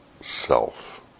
self